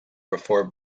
before